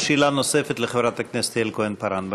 יש שאלה נוספת לחברת הכנסת יעל כהן-פארן,